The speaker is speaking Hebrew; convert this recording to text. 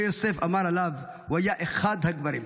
חברו יוסף אמר עליו: הוא היה אחד הגברים,